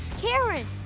Karen